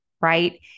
right